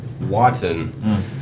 Watson